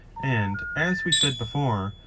and, as we said before,